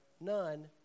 none